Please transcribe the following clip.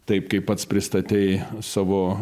taip kaip pats pristatei savo